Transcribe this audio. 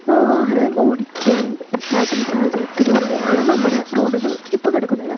ഇപ്പോൾ വാഹനം ഓടിക്കാൻ പറ്റാത്തൊരു സാഹചര്യത്തിലൂടെയാണ് നമ്മുടെ റോഡുകൾ ഇപ്പോൾ കിടക്കുന്നത്